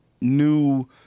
new